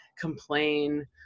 complain